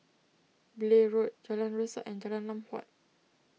Blair Road Jalan Resak and Jalan Lam Huat